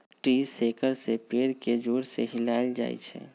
tree shaker से पेड़ के जोर से हिलाएल जाई छई